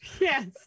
yes